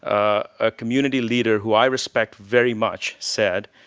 a community leader who i respect very much said,